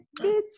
bitch